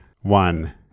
One